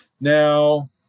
Now